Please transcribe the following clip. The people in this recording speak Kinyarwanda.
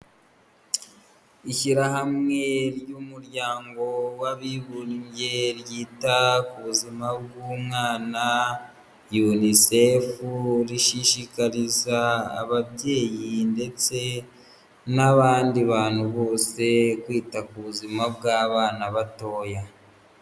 Ishyirahamwe ry'umuryango w'abibumbye ryita ku buzima bw'umwana UNCEF rishishikariza ababyeyi ndetse n'abandi bantu bose kwita ku buzima bw'abana batoya.